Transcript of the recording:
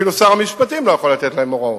אפילו שר המשפטים לא יכול לתת להם הוראות.